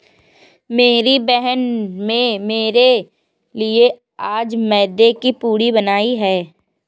मेरी बहन में मेरे लिए आज मैदे की पूरी बनाई है